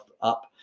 up